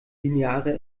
lineare